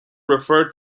referred